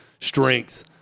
strength